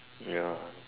ya